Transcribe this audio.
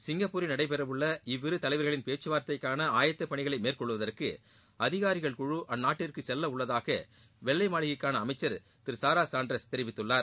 சிங்கபூரில் நடைபெற உள்ள இவ்விரு தலைவர்களின் பேச்கவார்த்தைக்கான ஆயத்த பணிகளை மேற்கொள்வதற்கு அதிகாரிகள் குழு அந்நாட்டிற்கு செல்ல உள்ளதாக வெள்ளை மாளிகைகான அமைச்ச் திரு சாரா சாண்டஸ் தெரிவித்துள்ளார்